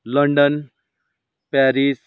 London Paris